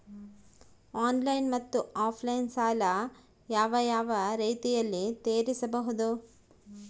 Online ಮತ್ತೆ offline ಸಾಲ ಯಾವ ಯಾವ ರೇತಿನಲ್ಲಿ ತೇರಿಸಬಹುದು?